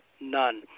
none